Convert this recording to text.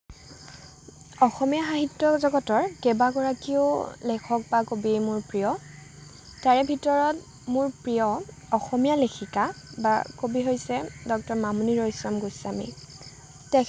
অসমীয়া সাহিত্য জগতৰ কেইবাগৰাকীও লেখক বা কবিয়ে মোৰ প্ৰিয় তাৰে ভিতৰত মোৰ প্ৰিয় অসমীয়া লেখিকা বা কবি হৈছে ডক্টৰ মামণি ৰয়ছম গোস্বামী